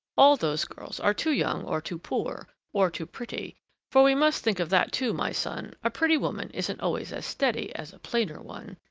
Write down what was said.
all those girls are too young or too poor or too pretty for we must think of that, too, my son. a pretty woman isn't always as steady as a plainer one.